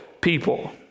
people